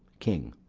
king.